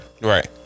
Right